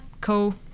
cool